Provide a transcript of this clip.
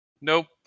Nope